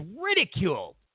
ridiculed